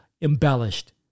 embellished